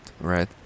right